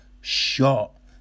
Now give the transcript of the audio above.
shot